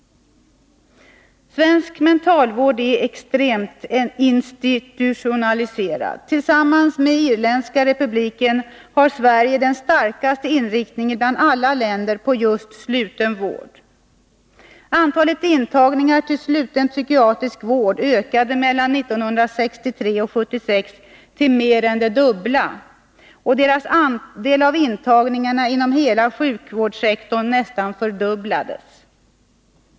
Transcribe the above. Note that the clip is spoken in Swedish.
Svensk mentalvård är extremt institutionaliserad. Tillsammans med Irländska republiken har Sverige den starkaste inriktningen bland alla länder på just sluten vård. Antalet intagningar till sluten psykiatrisk vård ökade mellan 1963 och 1976 till mer än det dubbla, och deras andel av intagningarna inom hela sjukvårdssektorn nästan fördubblades.